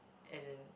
as in